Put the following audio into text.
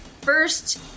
first